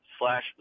slash